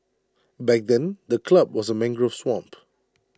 back then the club was A mangrove swamp